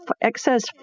excess